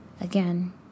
Again